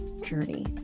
journey